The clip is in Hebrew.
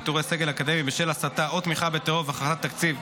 פיטורי סגל אקדמי בשל הסתה או תמיכה בטרור והפחתת תקציב),